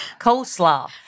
Coleslaw